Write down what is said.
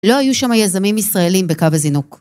לא היו שמה יזמים ישראלים בקו הזינוק.